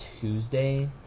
Tuesday